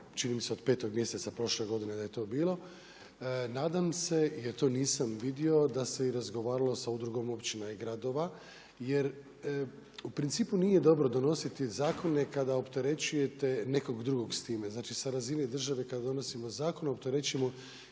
čini mi se od 5. mjeseca prošle godine da je to bilo. Nadam se jel to nisam vidio da se razgovaralo i sa Udrugom općina i gradova jer u principu nije dobro donositi zakone kada opterećujete nekog drugog s time. Znači sa razine države kada donosimo zakon opterećujemo